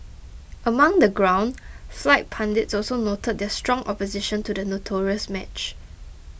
among the ground fight pundits also noted their strong opposition to the notorious match